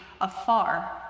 afar